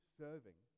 serving